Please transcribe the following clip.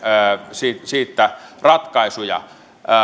siitä ratkaisuja